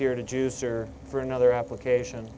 here to juice or for another application